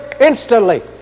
instantly